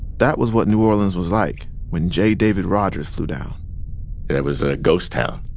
that was what new orleans was like when j. david rogers flew down it was a ghost town.